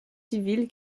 civile